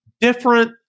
Different